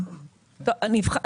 ברור.